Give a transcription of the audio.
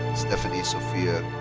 stephanie sophia